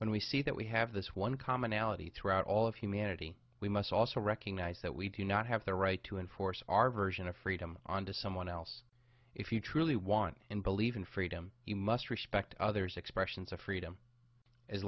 when we see that we have this one commonality throughout all of humanity we must also recognize that we do not have the right to enforce our version of freedom on to someone else if you truly want and believe in freedom you must respect others expressions of freedom as